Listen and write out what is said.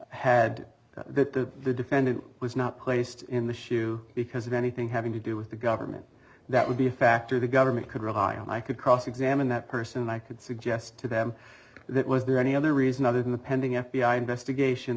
government had to the defendant was not placed in the shu because of anything having to do with the government that would be a factor the government could rely on i could cross examine that person and i could suggest to them that was there any other reason other than the pending f b i investigation